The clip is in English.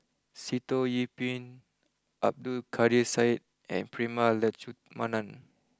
Sitoh Yih Pin Abdul Kadir Syed and Prema Letchumanan